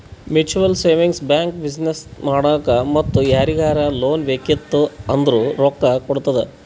mutual savings bank business ಮಾಡಾಕ್ ಮತ್ತ ಯಾರಿಗರೇ ಲೋನ್ ಬೇಕಿತ್ತು ಅಂದುರ್ ರೊಕ್ಕಾ ಕೊಡ್ತುದ್